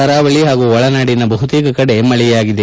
ಕರಾವಳಿ ಹಾಗೂ ಒಳನಾಡಿನ ಬಹುತೇಕ ಕಡೆ ಮಳೆಯಾಗಿದೆ